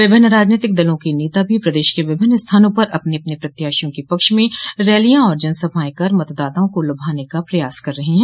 विभिन्न राजनीतिक दलों के नेता भी प्रदेश के विभिन्न स्थानों पर अपने अपने प्रत्याशिया के पक्ष में रैलियां और जनसभाएं कर मतदाताओं को लुभाने का प्रयास कर रहे हैं